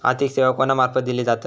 आर्थिक सेवा कोणा मार्फत दिले जातत?